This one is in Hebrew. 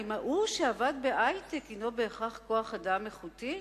האם ההוא שעבד בהיי-טק הינו בהכרח כוח-אדם איכותי?